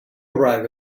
arrive